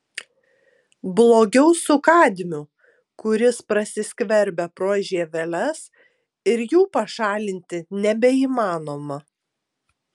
blogiau su kadmiu kuris prasiskverbia pro žieveles ir jų pašalinti nebeįmanoma